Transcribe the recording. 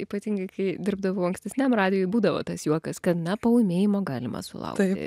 ypatingai kai dirbdavau ankstesniam radijuj būdavo tas juokas kad na paūmėjimo galima sulaukti